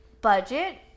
budget